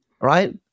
right